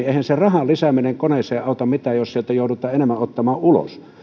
eihän se rahan lisääminen koneeseen auta mitään jos sieltä joudutaan enemmän ottamaan ulos